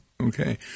Okay